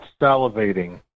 salivating